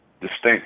distinct